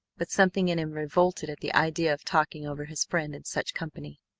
but something in him revolted at the idea of talking over his friend in such company.